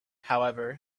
however